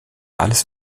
alles